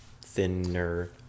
thinner